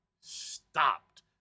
stopped